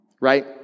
right